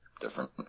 different